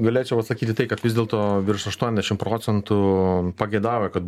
galėčiau atsakyti tai kad vis dėlto virš aštuoniasdešim procentų pageidauja kad